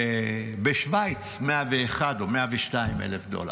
ובשווייץ, 101,000 או 102,000 דולר,